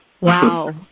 Wow